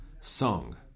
Song